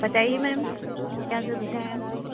बताइए मैम क्या है आपका